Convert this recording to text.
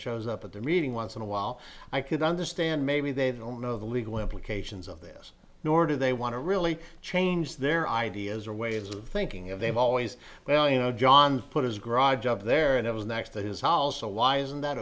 shows up at the meeting once in a while i could understand maybe they don't know the legal implications of this nor do they want to really change their ideas or ways of thinking of they've always well you know john put his garage up there and it was next to his house so why isn't that